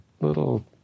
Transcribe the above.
little